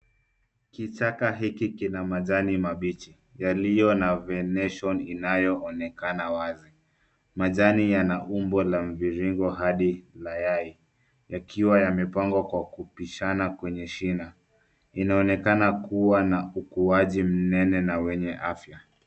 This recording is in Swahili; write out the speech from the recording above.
Kichaka hiki kina majani mabichi yaliyo na ventilation inayoonekana wazi. Majani yana umbo la mviringo hadi mayai yakiwa yamepangwa kwa kubishana kwenye shina .Inaonekana kuwa na ukuaji mnene na wenye afya.